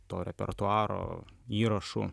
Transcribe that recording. to repertuaro įrašų